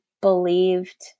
believed